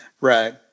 Right